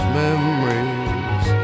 memories